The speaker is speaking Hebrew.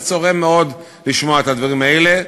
זה צורם מאוד לשמוע את הדברים האלה,